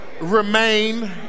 remain